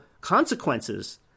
consequences